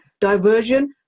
diversion